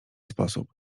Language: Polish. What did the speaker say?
sposób